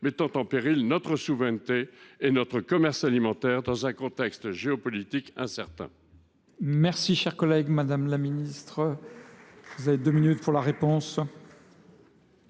mettra en péril notre souveraineté et notre commerce alimentaire, dans un contexte géopolitique incertain.